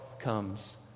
comes